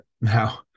now